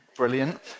brilliant